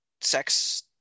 sex